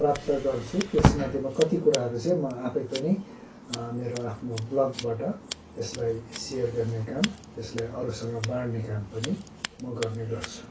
प्राप्त गर्छु त्यसमध्येमा कति कुराहरू चाहिँ म आफै पनि मेरो आफ्नो ब्लकबाट त्यसलाई सेयर गर्ने काम त्यसलाई अरूसँग बाँढ्ने काम पनि म गर्ने गर्छु